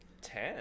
Ten